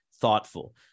thoughtful